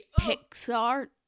Pixar